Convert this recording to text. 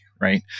Right